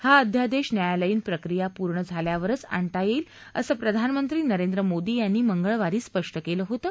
हा अध्यादेश न्यायालयीन प्रक्रिया पूर्ण झाल्यावरच आणता येईल असं प्रधानमंत्री नरेंद्र मोदी यांनी मंगळवारी स्पष्ट केलं होतं